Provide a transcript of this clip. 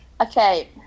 Okay